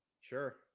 Sure